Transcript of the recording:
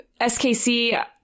SKC